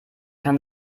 kann